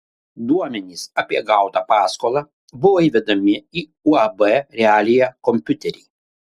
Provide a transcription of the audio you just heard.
duomenys apie gautą paskolą buvo įvedami į uab realija kompiuterį